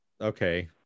okay